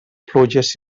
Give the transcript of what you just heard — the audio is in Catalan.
pluges